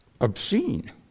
obscene